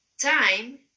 time